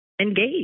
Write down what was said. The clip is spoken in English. engage